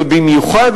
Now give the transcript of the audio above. ובמיוחד,